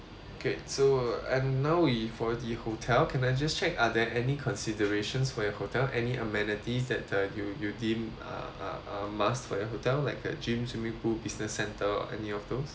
okay so and now we for the hotel can I just check are there any considerations for your hotel any amenities that uh you you think uh a a must for your hotel like uh gym swimming pool business centre any of those